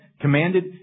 commanded